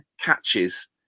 catches